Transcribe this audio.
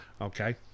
Okay